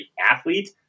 athlete